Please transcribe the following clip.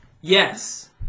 yes